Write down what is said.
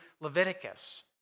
Leviticus